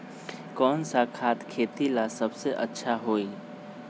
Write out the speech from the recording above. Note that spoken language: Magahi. कौन सा खाद खेती ला सबसे अच्छा होई?